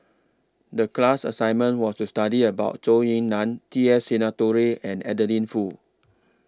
The class assignment was to study about Zhou Ying NAN T S Sinnathuray and Adeline Foo